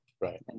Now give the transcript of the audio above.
right